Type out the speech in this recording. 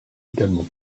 également